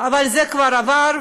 אבל זה כבר עבר,